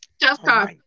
Jessica